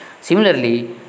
Similarly